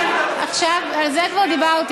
גברתי